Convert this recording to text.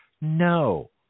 No